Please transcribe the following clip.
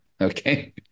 Okay